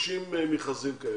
30 מכרזים כאלה,